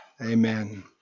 Amen